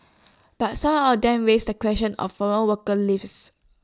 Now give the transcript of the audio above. but some of them raise the question of foreign worker levies